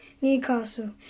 Newcastle